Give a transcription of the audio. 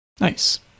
Nice